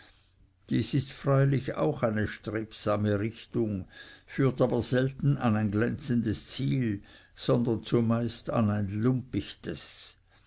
dies ist freilich auch eine strebsame richtung führt aber selten an ein glänzendes ziel sondern zumeist an ein